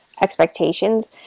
expectations